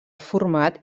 format